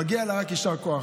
מגיע לה רק יישר כוח.